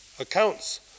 accounts